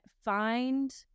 find